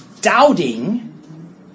doubting